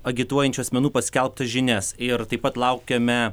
agituojančių asmenų paskelbtas žinias ir taip pat laukiame